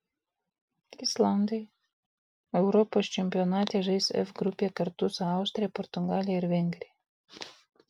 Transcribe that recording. islandai europos čempionate žais f grupėje kartu su austrija portugalija ir vengrija